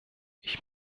ich